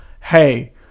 hey